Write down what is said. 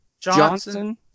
Johnson